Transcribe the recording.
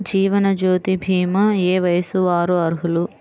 జీవనజ్యోతి భీమా ఏ వయస్సు వారు అర్హులు?